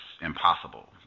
impossible